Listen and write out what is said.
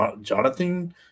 Jonathan